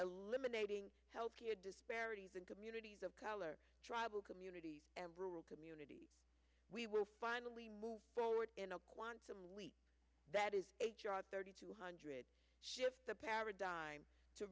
eliminating health care disparities in communities of color tribal community and rule community we will finally move forward in a quantum leap that is a thirty two hundred shift the paradigm to